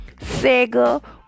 Sega